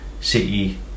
City